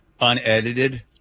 unedited